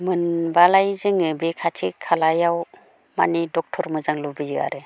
मोनबालाय जोङो बे खाथि खालायाव माने दक्ट'र मोजां लुबैयो आरो